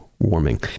Warming